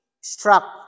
struck